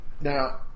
now